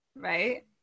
right